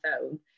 phone